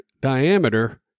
diameter